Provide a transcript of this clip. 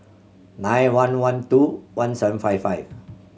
nine one one two one seven five five